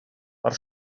per